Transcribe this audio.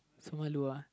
so malu ah